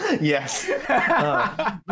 Yes